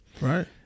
Right